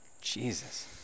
Jesus